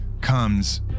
comes